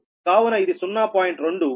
కావున ఇది 0